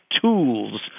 tools